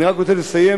אני רק רוצה לסיים,